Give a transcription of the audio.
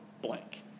blank